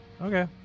okay